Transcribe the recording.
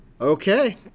Okay